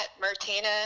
martina